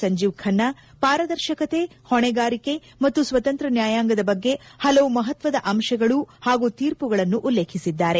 ಸಂಜೀವ್ ಖನ್ನಾ ಪಾರದರ್ಶಕತೆ ಹೊಣೆಗಾರಿಕೆ ಮತ್ತು ಸ್ವತಂತ್ರ ನ್ಯಾಯಾಂಗದ ಬಗ್ಗೆ ಹಲವು ಮಹತ್ವದ ಅಂಶಗಳು ಹಾಗೂ ತೀರ್ಪುಗಳನ್ನು ಉಲ್ಲೇಖಿಸಿದ್ದಾರೆ